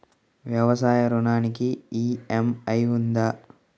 వ్యవసాయ ఋణానికి ఈ.ఎం.ఐ ఉందా?